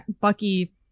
Bucky